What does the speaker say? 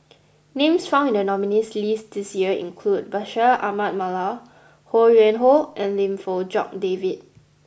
names found in the Nominees' list this year include Bashir Ahmad Mallal Ho Yuen Hoe and Lim Fong Jock David